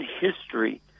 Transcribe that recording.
history